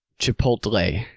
Chipotle